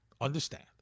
Understand